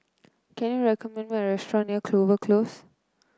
can you recommend me a restaurant near Clover Close